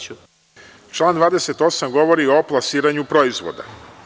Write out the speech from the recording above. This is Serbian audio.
Član 28. govori o plasiranju proizvoda.